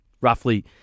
roughly